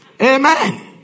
Amen